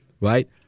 right